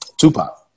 tupac